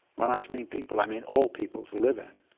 when i so mean people, i mean all people to live in.